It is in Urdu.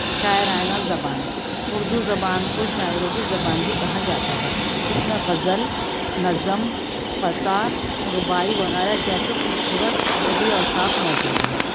شاعرانہ زبان اردو زبان کو شاعروں کی زبان بھی کہا جاتا ہے اس میں غزل نظم قطع رباعی وغیرہ جیسے خوبصورت ادبی اوصاف موجود ہیں